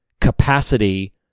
capacity